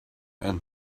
and